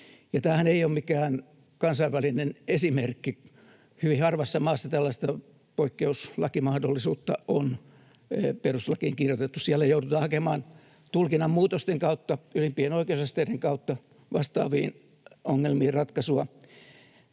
Tämähän ei ole mikään kansainvälinen esimerkki, vaan hyvin harvassa maassa tällaista poikkeuslakimahdollisuutta on perustuslakiin kirjoitettu, ja siellä joudutaan hakemaan tulkinnan muutosten kautta ja ylimpien oikeusasteiden kautta vastaaviin ongelmiin ratkaisua,